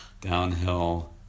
Downhill